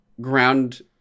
ground